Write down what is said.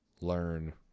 learn